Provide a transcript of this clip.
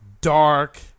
dark